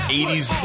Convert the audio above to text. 80s